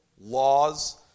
laws